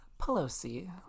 Pelosi